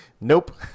nope